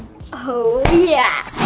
ohh yeah!